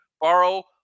borrow